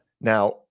Now